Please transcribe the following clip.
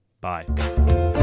Bye